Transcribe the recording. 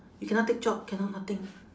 you cannot take job cannot nothing